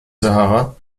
sahara